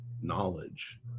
knowledge